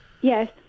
yes